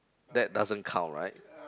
that doesn't count right